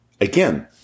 again